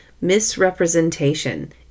Misrepresentation